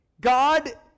God